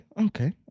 Okay